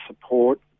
support